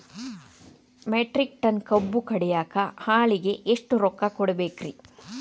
Metric ton ಕಬ್ಬು ಕಡಿಯಾಕ ಆಳಿಗೆ ಎಷ್ಟ ರೊಕ್ಕ ಕೊಡಬೇಕ್ರೇ?